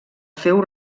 feu